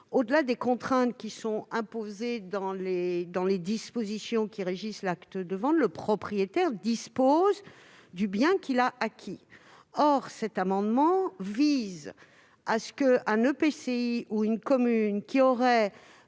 au-delà des contraintes imposées dans les dispositions régissant l'acte de vente, le propriétaire dispose du bien qu'il a acquis. Or ces amendements prévoient qu'un EPCI ou une commune qui aurait